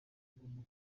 ugomba